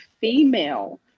female